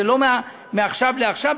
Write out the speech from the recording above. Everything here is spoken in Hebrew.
זה לא מעכשיו לעכשיו,